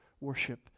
worship